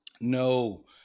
No